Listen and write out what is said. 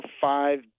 five